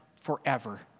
forever